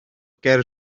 ger